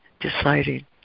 deciding